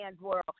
World